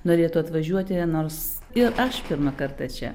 norėtų atvažiuoti nors ir aš pirmą kartą čia